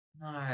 No